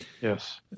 Yes